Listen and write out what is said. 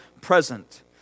present